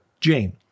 Jane